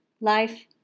life